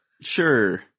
Sure